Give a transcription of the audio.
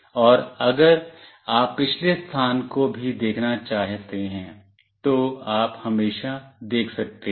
और अगर आप पिछले स्थान को भी देखना चाहते हैं तो आप हमेशा देख सकते हैं